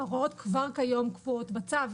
ההוראות כבר כיום קבועות בצו,